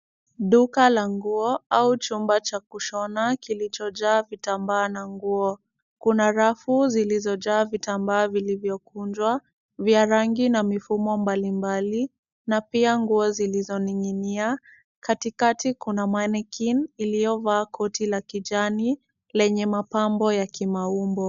Duka la nguo au chumba cha kushona kilichojaa vitambaa na nguo. Kuna rafu zilizojaa vitambaa vilivyokunjwa vya rangi na mifumo mbalimbali na pia nguo zilizoning'nia. Katikati kuna [c]mannequin[c] iliyovaa koti la kijani lenye mapambo ya kimaumbo.